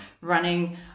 running